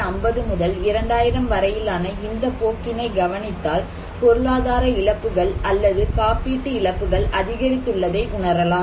1950 முதல் 2000 வரையிலான இந்த போக்கினை கவனித்தால் பொருளாதார இழப்புகள் அல்லது காப்பீட்டு இழப்புகள் அதிகரித்துள்ளதை உணரலாம்